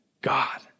God